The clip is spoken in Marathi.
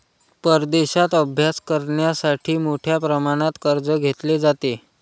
परदेशात अभ्यास करण्यासाठी मोठ्या प्रमाणात कर्ज घेतले जाते